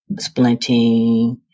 splinting